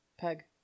Peg